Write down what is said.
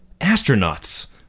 astronauts